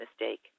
mistake